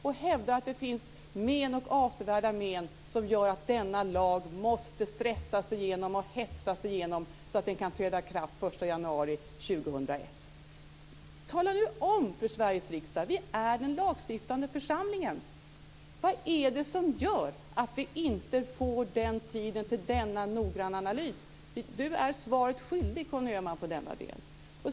Ni hävdar att det finns avsevärda men som gör att denna lag måste stressas och hetsas igenom, så att den kan träda i kraft den 1 januari 2001. Tala om vad som gör att vi inte får tid till en noggrann analys. Conny Öhman är svaret skyldig i denna del.